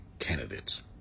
candidates